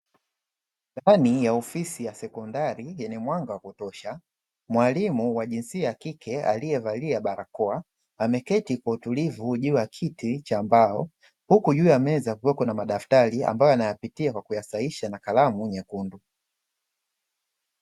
Ndani ya ofisi ya sekondari yenye mwanga wa kutosha, mwalimu wa jinsia ya kike aliyevalia barakoa, ameketi kwa utulivu juu ya kiti cha mbao, huku juu ya meza kukiwa kuna madaftari ambayo anayoyapitia kwa kuyasahihisha na kalamu nyekundu.